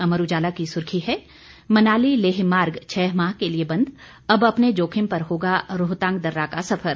अमर उजाला की सुर्खी है मनाली लेह मार्ग छह माह के लिए बंद अब अपने जोखिम पर होगा रोहतांग दर्रा का सफर